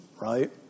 right